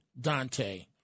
Dante